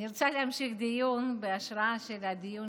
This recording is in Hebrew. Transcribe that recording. אני רוצה להמשיך דיון בהשראה של הדיון